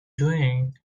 doing